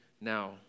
now